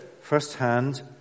firsthand